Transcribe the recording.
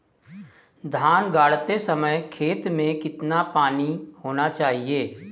धान गाड़ते समय खेत में कितना पानी होना चाहिए?